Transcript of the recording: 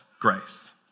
grace